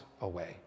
away